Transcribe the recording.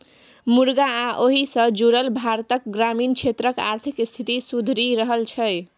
मुरगा आ ओहि सँ जुरल भारतक ग्रामीण क्षेत्रक आर्थिक स्थिति सुधरि रहल छै